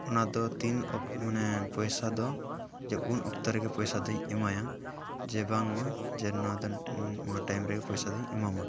ᱚᱱᱟ ᱫᱚ ᱛᱤᱱ ᱚᱠᱛᱚ ᱢᱟᱱᱮ ᱯᱚᱭᱥᱟ ᱫᱚ ᱡᱮ ᱩᱱ ᱚᱠᱛᱮ ᱨᱮᱜᱮ ᱯᱚᱭᱥᱟᱫᱚᱧ ᱮᱢᱟᱭᱟ ᱡᱮ ᱵᱟᱝᱢᱟ ᱡᱮ ᱱᱚᱣᱟ ᱫᱚ ᱚᱱᱟ ᱴᱟᱭᱤᱢ ᱨᱮᱜᱮ ᱯᱚᱭᱥᱟ ᱫᱩᱧ ᱮᱢᱟᱢᱟ